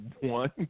one